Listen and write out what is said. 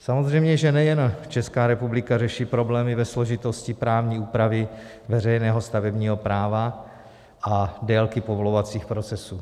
Samozřejmě že nejen Česká republika řeší problémy ve složitosti právní úpravy veřejného stavebního práva a délky povolovacích procesů.